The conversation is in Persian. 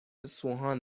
سوهان